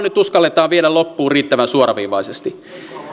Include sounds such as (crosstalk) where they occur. (unintelligible) nyt uskalletaan viedä loppuun riittävän suoraviivaisesti